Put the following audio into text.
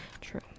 True